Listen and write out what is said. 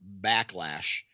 backlash